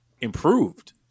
improved